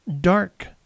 Dark